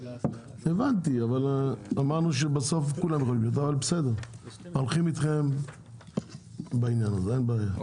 הבנתי אבל בסדר הולכים אתכם בעניין הזה אין בעיה,